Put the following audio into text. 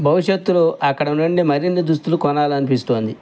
భవిష్యత్తులో అక్కడ నుండి మరిన్ని దుస్తువులు కొనాలి అనిపిస్తోంది